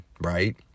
Right